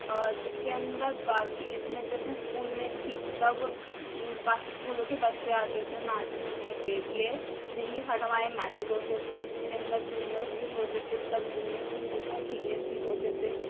اور جس کے اندر باقی اس میں جب میں اسکول میں تھی تب باقی اسکولوں کے بچے آتے تھے میچ کھیلنے کے لیے جن کے ساتھ ہمارے میچز ہوتے تھے جس کے اندر جونیئرز بھی ہوتے تھے سب جونیئرز بھی ہوتے تھے اور سینیئرز بھی ہوتے تھے